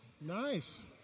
Nice